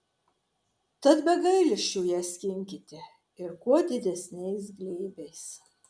tad be gailesčio ją skinkite ir kuo didesniais glėbiais